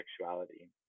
sexuality